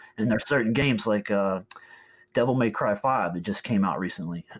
and there are certain games like ah devil may cry five, that just came out recently.